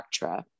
ACTRA